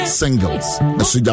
singles